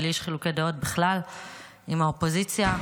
ולי יש חילוקי דעות בכלל עם האופוזיציה,